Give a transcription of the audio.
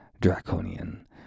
draconian